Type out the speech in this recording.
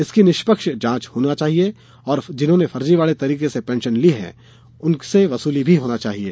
इसकी निष्पक्ष जाँच होना चाहिये और जिन्होंने फ़र्ज़ी तरीक़े से पेंशन ली है उनसे वसूली भी होना चाहिये